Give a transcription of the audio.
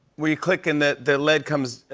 when you click and the the lead comes,